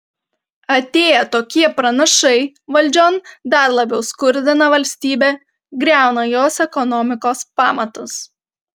atėję tokie pranašai valdžion dar labiau skurdina valstybę griauna jos ekonomikos pamatus